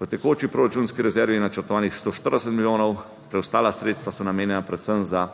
V tekoči proračunski rezervi je načrtovanih 140 milijonov, preostala sredstva so namenjena predvsem za